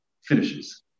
finishes